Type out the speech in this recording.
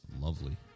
Lovely